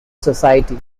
society